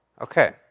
Okay